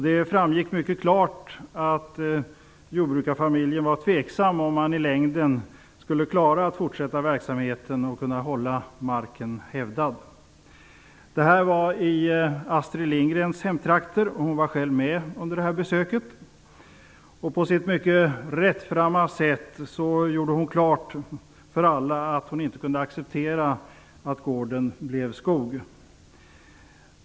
Det framgick mycket klart att jordbrukarfamiljen var tveksam till om den i längden skulle kunna fortsätta verksamheten och kunna hålla marken hävdad. Det här var i Astrid Lindgrens hemtrakter. Hon var själv med under det här besöket. På sitt mycket rättframma sätt gjorde hon klart för alla att hon inte kunde acceptera att gården blev skog.